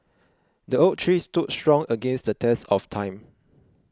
the oak tree stood strong against the test of time